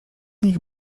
nich